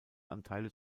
anteile